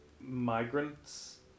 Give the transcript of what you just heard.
migrants